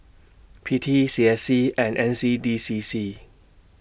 P T C S C and N C D C C